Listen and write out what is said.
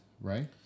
right